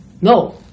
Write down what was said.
No